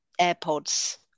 AirPods